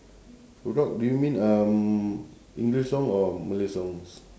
rock do you mean um english song or malay songs